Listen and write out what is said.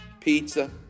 Pizza